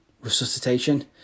resuscitation